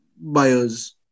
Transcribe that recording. buyers